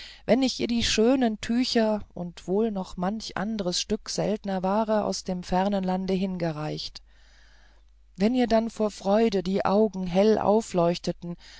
wenn ich ihr die schönen tücher und wohl noch manch anderes stück seltner ware aus dem fernen lande hingereicht wenn ihr dann vor freude die augen hell aufleuchteten